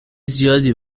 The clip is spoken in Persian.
زیادی